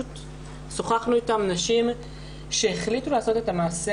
שוחחנו עם נשים שהחליטו לעשות את המעשה